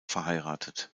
verheiratet